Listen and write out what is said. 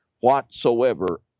whatsoever